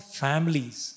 families